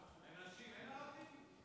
לנשים אין ערכים?